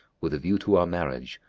with a view to our marriage,